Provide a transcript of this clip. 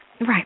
Right